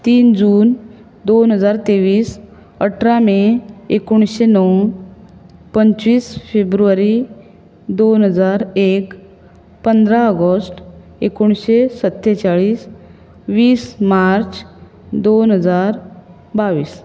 तीन जून दोन हजार तेवीस अठरा मे एकोणीशें णव पंचवीस फेब्रुवारी दोन हजार एक पंदरा ऑगस्ट एकोणीशें सत्तेचाळीस वीस मार्च दोन हजार बावीस